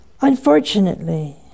Unfortunately